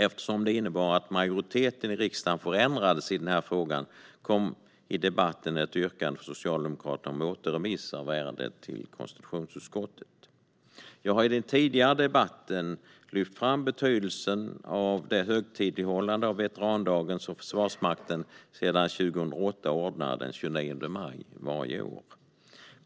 Eftersom det innebar att majoriteten i riksdagen förändrades i denna fråga kom det i debatten ett yrkande från Socialdemokraterna om återremiss av ärendet till konstitutionsutskottet. Jag har i den tidigare debatten lyft fram betydelsen av det högtidlighållande av veterandagen som Försvarsmakten sedan 2008 ordnar den 29 maj varje år.